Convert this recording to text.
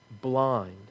Blind